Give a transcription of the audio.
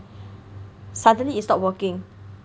suddenly stopped working